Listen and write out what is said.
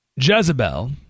Jezebel